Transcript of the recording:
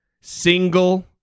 single